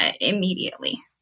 immediately